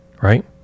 right